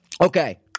Okay